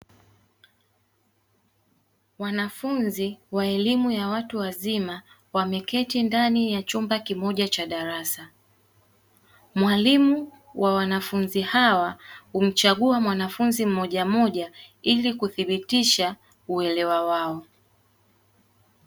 Wanafunzi wa elimu ya watu wazima wameketi ndani ya chumba kimoja cha darasa, mwalimu wa wanafunzi hawa humchagua mwanafunzi mmoja mmoja ili kuthibitisha uelewa wao.